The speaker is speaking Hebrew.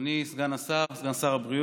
אדוני סגן שר הבריאות,